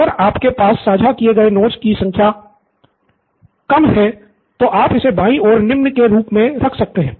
अगर आपके पास साझा किए गए नोट्स की संख्या कम है तो आप इसे बायीं ओर 'निम्न' के रूप में रख सकते हैं